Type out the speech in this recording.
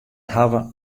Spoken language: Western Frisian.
hawwe